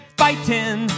fighting